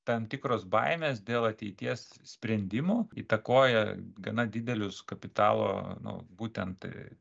tam tikros baimės dėl ateities sprendimų įtakoja gana didelius kapitalo nu būtent